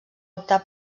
optar